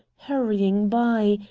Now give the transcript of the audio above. hurrying by,